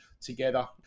together